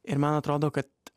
ir man atrodo kad